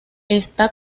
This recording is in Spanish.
está